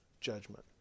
judgment